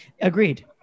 Agreed